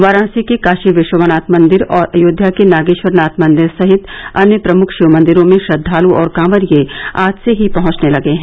वाराणसी के काशी विश्वनाथ मंदिर और अयोध्या के नागेश्वरनाथ मंदिर सहित अन्य प्रमुख मंदिरों में श्रद्धालु और कॉवरिये आज ही से ही पहुंचने लगे हैं